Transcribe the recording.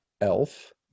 Elf